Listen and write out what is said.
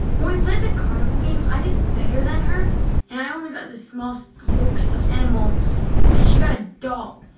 when we played the carnival game, i did better than her and i only got this small so hulk stuffed animal and she ah doll.